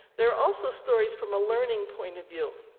there are also stories from a learning point of view.